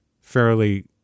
fairly